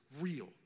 real